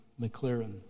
McLaren